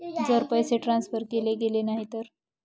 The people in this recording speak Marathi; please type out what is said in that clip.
जर पैसे ट्रान्सफर केले गेले नाही तर?